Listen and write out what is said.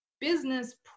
business